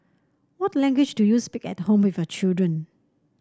what language do you speak at home with your children